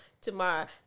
tomorrow